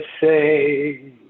say